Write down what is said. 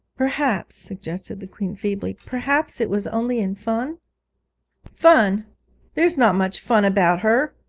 perhaps, suggested the queen feebly, perhaps it was only in fun fun there's not much fun about her!